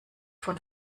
von